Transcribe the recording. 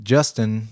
Justin